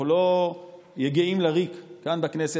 אנחנו לא יגעים לריק כאן בכנסת.